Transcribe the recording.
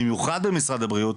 במיוחד במשרד הבריאות,